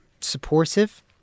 supportive